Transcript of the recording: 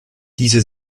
diese